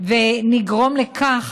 ונגרום לכך